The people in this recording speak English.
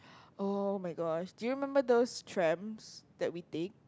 oh-my-gosh do you remember those trams that we take